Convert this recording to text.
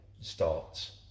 starts